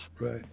right